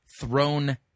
thrown